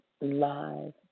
live